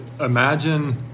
imagine